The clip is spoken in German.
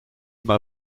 immer